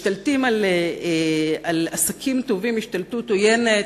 משתלטים על עסקים טובים השתלטות עוינת,